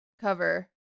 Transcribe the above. cover